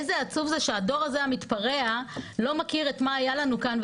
איזה עצוב זה שהדור הזה המתפרע לא מכיר את מה שהיה לנו כאן,